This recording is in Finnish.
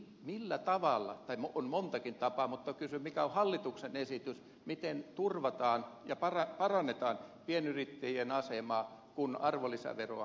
millä tavalla tai on montakin tapaa mutta kysyn mikä on hallituksen esitys turvataan ja parannetaan pienyrittäjien asemaa kun arvonlisäveroa nostetaan